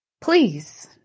please